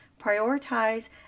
prioritize